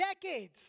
decades